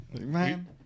Man